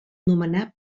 nomenà